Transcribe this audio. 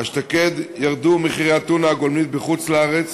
אשתקד ירדו מחירי הטונה הגולמית בחוץ-לארץ.